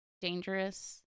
dangerous